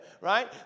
right